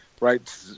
right